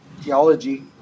geology